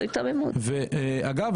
אגב,